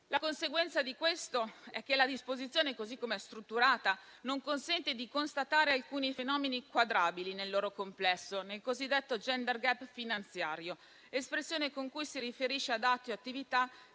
La conseguenza di questo è che la disposizione, così come è strutturata, non consente di constatare alcuni fenomeni inquadrabili nel loro complesso nel cosiddetto *gender gap* finanziario, espressione con cui ci si riferisce ad atti o attività